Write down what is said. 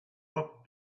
book